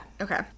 Okay